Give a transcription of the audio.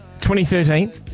2013